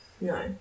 no